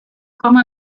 comme